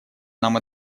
нам